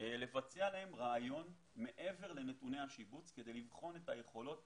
לבצע להם ראיון מעבר לנתוני השיבוץ כדי לבחון את היכולות